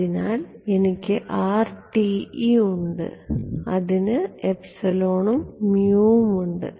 അതിനാൽ എനിക്ക് ഉണ്ട് അതിന് ഉം ഉം ഉണ്ട്